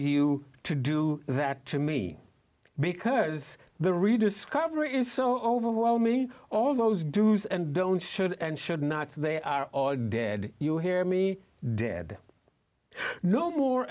you to do that to me because the rediscover is so overwhelming all those do's and don'ts should and should not they are all dead you hear me dead no more